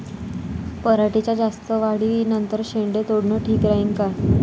पराटीच्या जास्त वाढी नंतर शेंडे तोडनं ठीक राहीन का?